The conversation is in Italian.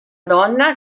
donna